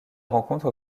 rencontre